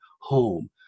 home